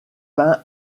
pain